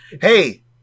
Hey